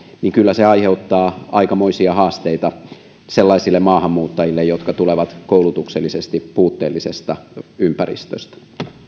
niin kyllä se aiheuttaa aikamoisia haasteita sellaisille maahanmuuttajille jotka tulevat koulutuksellisesti puutteellisesta ympäristöstä